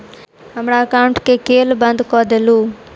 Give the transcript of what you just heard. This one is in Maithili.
हमरा एकाउंट केँ केल बंद कऽ देलु?